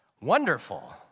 Wonderful